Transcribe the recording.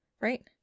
Right